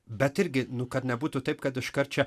bet irgi nu kad nebūtų taip kad iškart čia